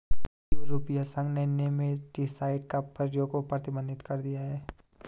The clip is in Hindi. यूरोपीय संघ ने नेमेटीसाइड के प्रयोग को प्रतिबंधित कर दिया है